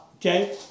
okay